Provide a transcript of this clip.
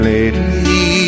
Lady